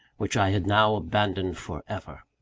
which i had now abandoned for ever!